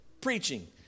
preaching